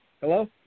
Hello